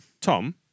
Tom